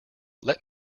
let